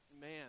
man